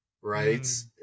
Right